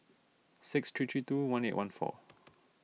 six three three two one eight one four